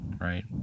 right